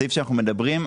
הסעיף שאנחנו מדברים,